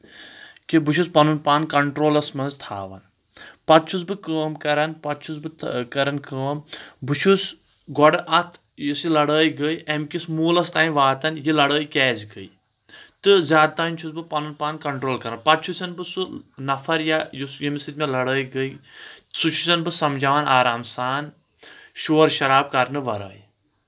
کہِ بہٕ چھُس پنُن پان کنٹرولس منٛز تھاوان پتہٕ چھُس بہٕ کٲم کران پتہٕ چھُس بہٕ کران کٲم بہٕ چھُس گۄڈٕ اَتھ یُس یہِ لڑٲے گٔے امہِ کِس موٗلس تانۍ واتان یہِ لڑٲے کیازِ گٔے تہٕ زیادٕ تانۍ چھُس بہٕ پنُن پان کنٹرول کران پتہٕ چھُسن بہٕ سُہ نفر یا یُس ییٚمہِ سۭتۍ مےٚ لڑٲے گٔے سُہ چھُسن بہٕ سمجاوان آرام سان شور شراب کرنہٕ ورٲے